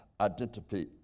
identity